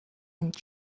and